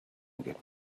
get